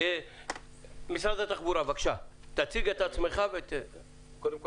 קודם כל